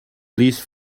please